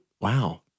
wow